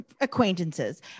acquaintances